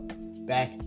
back